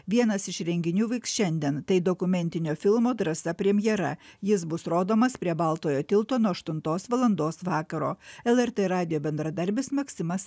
vienas iš renginių vyks šiandien tai dokumentinio filmo drąsa premjera jis bus rodomas prie baltojo tilto nuo aštuntos valandos vakaro lrt radijo bendradarbis maksimas